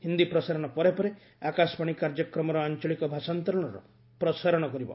ହିନ୍ଦୀ ପ୍ରସାରଣ ପରେ ପରେ ଆକାଶବାଣୀ କାର୍ଯ୍ୟକ୍ରମର ଆଞ୍ଚଳିକ ଭାଷାନ୍ତରଣର ପ୍ରସାରଣ କରିବ